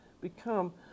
become